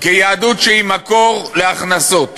כיהדות שהיא מקור להכנסות.